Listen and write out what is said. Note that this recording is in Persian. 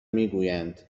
میگویند